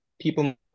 people